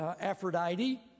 Aphrodite